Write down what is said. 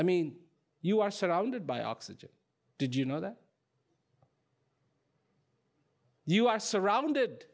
i mean you are surrounded by oxygen did you know that you are surrounded